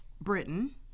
Britain